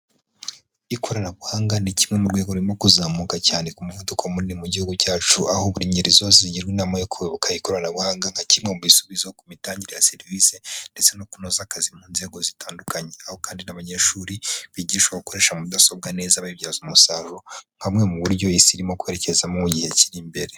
Ikoranabuhanga ni kimwe mu rwego rurimo kuzamuka cyane ku muvuduko munini mu gihugu cyacu, aho buri ingeri zose zigirwa inama yo kuyoboka ikoranabuhanga nka kimwe mu bisubizo ku mitangire ya serivisi, ndetse no kunoza akazi mu nzego zitandukanye. Aho kandi n'abanyeshuri bigishwa gukoresha mudasobwa neza bayibyaza umusaruro, nka bumwe mu buryo isi irimo kwerekezamo igihe kiri imbere.